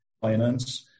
Finance